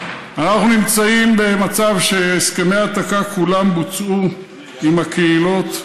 אנחנו נמצאים במצב שהסכמי ההעתקה כולם בוצעו עם הקהילות.